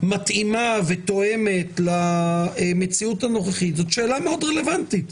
מתאימה ותואמת למציאות הנוכחית זאת שאלה מאוד רלוונטית,